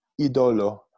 idolo